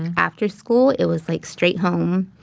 after school it was like straight home.